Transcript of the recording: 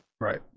Right